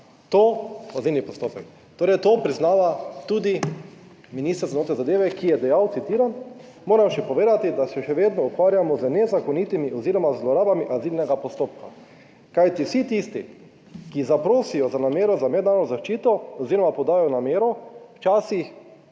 to priznava tudi minister za notranje zadeve, ki je dejal, citiram: "Moram še povedati, da se še vedno ukvarjamo z nezakonitimi oziroma zlorabami azilnega postopka, kajti vsi tisti, ki zaprosijo za namero za mednarodno zaščito oziroma podajo namero, včasih